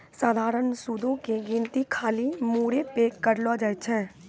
सधारण सूदो के गिनती खाली मूरे पे करलो जाय छै